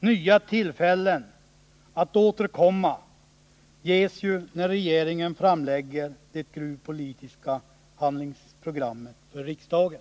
Nya tillfällen att återkomma ges ju när regeringen framlägger det gruvpolitiska handlingsprogrammet för riksdagen.